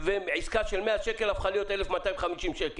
ומעסקה של 100 שקל הפכה להיות לעסקה של 1,250 שקל.